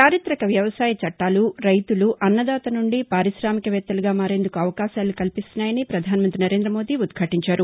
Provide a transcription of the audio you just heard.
చారితక వ్యవసాయ చట్టాలు రైతులు అన్నదాత నుండి పారిశామిక వేత్తలుగా మారేందుకు అవకాశాలు కల్పిస్తున్నాయని ప్రధానమంతి నరేంద్రమోదీ ఉధ్యాదించారు